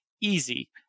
easy